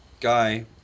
guy